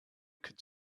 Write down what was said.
could